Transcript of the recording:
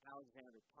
Alexander